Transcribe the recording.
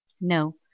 No